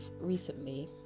recently